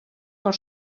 per